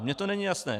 Mně to není jasné.